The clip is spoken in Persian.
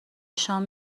شام